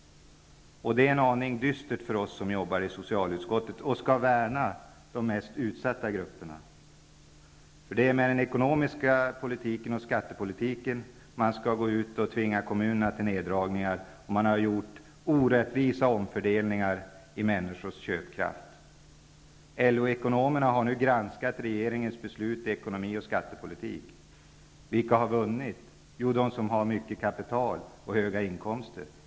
Det är en aning dystert för oss som arbetar i socialutskottet och som skall värna de mest utsatta grupperna. Det är med hjälp av den ekonomiska politiken och skattepolitiken som regeringen skall tvinga kommunerna till neddragningar. Det har skett orättvisa omfördelningar i människors köpkraft. LO-ekonomerna har nu granskat regeringens beslut angående ekonomi och skattepolitik. Vilka har vunnit? Jo, de som har mycket kapital och höga inkomster.